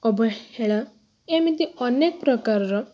ଅବହେଳା ଏମିତି ଅନେକ ପ୍ରକାରର